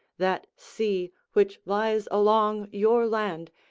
that sea which lies along your land,